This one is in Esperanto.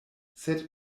sed